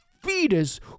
Fetus